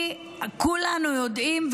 כי כולנו יודעים,